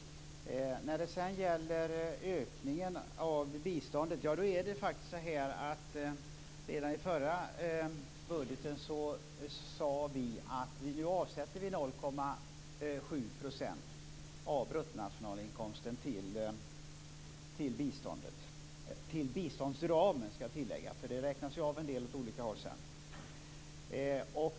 När det gäller ökningen av biståndet avsatte vi redan i förra budgeten 0,7 % av bruttonationalinkomsten till biståndet. Det gäller biståndsramen, vill jag tillägga. Det räknas ju av en del åt olika håll sedan.